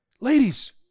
Ladies